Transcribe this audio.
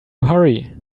hurry